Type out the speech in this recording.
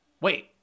wait